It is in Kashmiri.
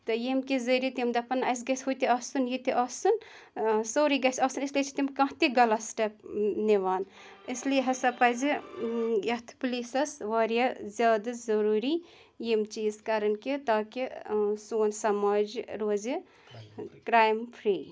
تہٕ یٔمۍ کہِ ذٔریعہِ تِم دَپَن اَسہِ گژھِ ہُہ تہِ آسُن یہِ تہِ آسُن سورُے گژھِ آسُن اِسلیے چھِ تِم کانٛہہ تہِ غلط سٹیٚپ نِوان اِسلیے ہَسا پَزِ یَتھ پُلیٖسَس واریاہ زیادٕ ضروٗری یِم چیٖز کَرٕنۍ کہِ تاکہِ سون سماج روزِ کرٛایم فِرٛی